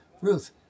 Ruth